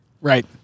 right